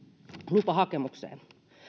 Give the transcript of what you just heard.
lupahakemukseen